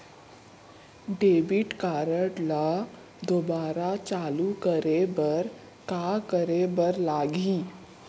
Debit card ला दोबारा चालू करे बर का करे बर लागही?